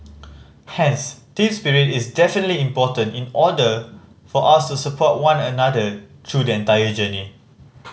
hence team spirit is definitely important in order for us to support one another through the entire journey